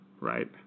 right